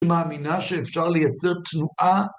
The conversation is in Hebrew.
מאמינה שאפשר לייצר תנועה.